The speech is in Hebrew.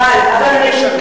יכול להיות שאם משקללים,